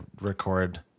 record